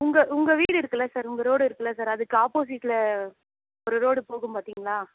உங்கள் உங்கள் வீடு இருக்குல்ல சார் உங்கள் ரோடு இருக்குல்ல சார் அதுக்கு ஆ ப்போசிட்டில் ஒரு ரோடு போகும் பார்த்திங்களா